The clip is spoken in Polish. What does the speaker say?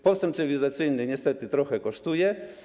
Postęp cywilizacyjny, niestety, trochę kosztuje.